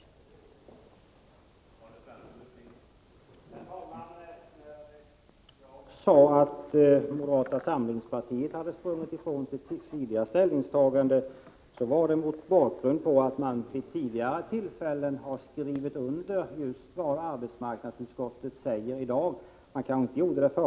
Tisdagen den